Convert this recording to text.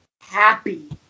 Happy